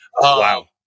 Wow